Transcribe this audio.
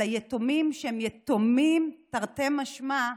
על היתומים שהם יתומים תרתי משמע,